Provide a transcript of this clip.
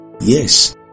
Yes